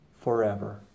forever